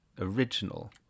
Original